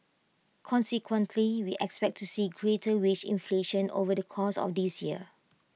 consequently we expect to see greater wage inflation over the course of this year